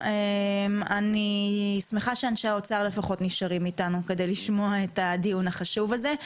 אני שמחה שאנשי האוצר לפחות נשארים איתנו כדי לשמוע את הדיון החשוב הזה.